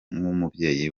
nk’umubyeyi